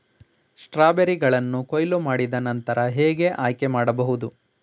ಸ್ಟ್ರಾಬೆರಿಗಳನ್ನು ಕೊಯ್ಲು ಮಾಡಿದ ನಂತರ ಹೇಗೆ ಆಯ್ಕೆ ಮಾಡಬಹುದು?